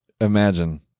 imagine